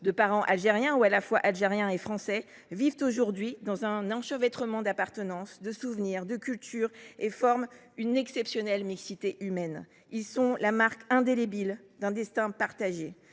de parents algériens, ou à la fois algériens et français, vivent aujourd’hui dans un enchevêtrement d’appartenances, de souvenirs, de cultures, et forment une exceptionnelle mixité humaine. Ils sont la marque indélébile d’un destin partagé.